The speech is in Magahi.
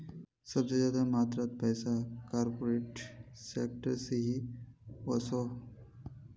सबसे ज्यादा मात्रात पैसा कॉर्पोरेट सेक्टर से ही वोसोह